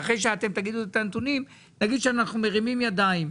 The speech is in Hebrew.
אחרי שאתם תגידו את הנתונים נגיד שאנחנו מרימים ידיים.